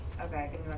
Okay